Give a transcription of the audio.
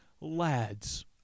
Lads